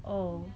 oh